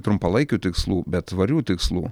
trumpalaikių tikslų bet tvarių tikslų